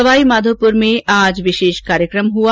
सवाई माधोप्र में आज विशेष कार्यक्रम हआ